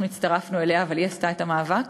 אנחנו הצטרפנו אליה, אבל היא עשתה את המאבק.